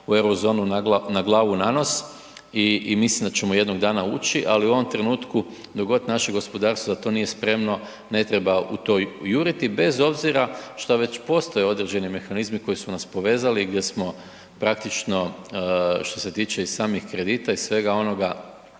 u Eurozonu na glavu i na nos i mislim da ćemo jednog dana ući ali u ovom trenutku dok god naše gospodarstvo za to nije spremno ne treba u to juriti bez obzira što već postoje određeni mehanizmi koji su nas povezali, gdje smo praktično što se tiče i samih kredita i svega onoga